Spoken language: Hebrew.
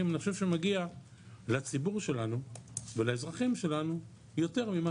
ואני חושב שמגיע לציבור שלנו ולאזרחים שלנו יותר ממה